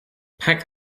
pack